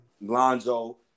Lonzo